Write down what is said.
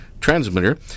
transmitter